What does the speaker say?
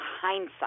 hindsight